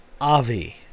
Avi